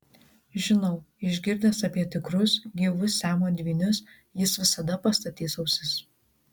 žinau išgirdęs apie tikrus gyvus siamo dvynius jis visada pastatys ausis